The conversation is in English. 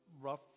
rough